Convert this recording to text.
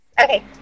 Okay